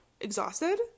exhausted